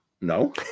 No